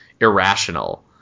irrational